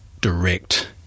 direct